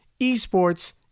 Esports